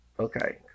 Okay